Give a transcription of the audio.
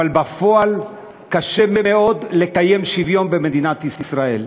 אבל בפועל קשה מאוד לקיים שוויון במדינת ישראל,